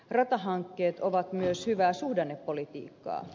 ratahankkeet ovat myös hyvää suhdannepolitiikkaa